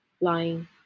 lying